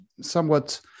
somewhat